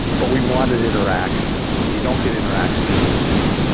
but we wanted interaction and you don't get interaction in a movie.